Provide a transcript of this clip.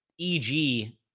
EG